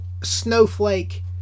snowflake